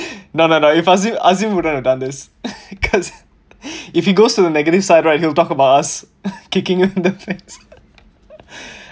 no no no if azim azim wouldn't have done this because if he goes to the negative side right he'll talk about us kicking in the face